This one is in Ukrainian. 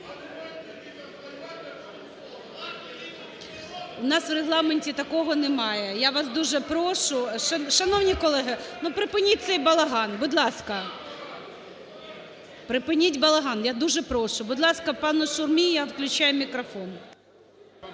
У нас в Регламенті такого немає. Я вас дуже прошу… шановні колеги, ну, припиніть цей балаган. Будь ласка! Припиніть балаган, я дуже прошу. Будь ласка, пану Шурмі я включаю мікрофон.